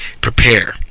prepare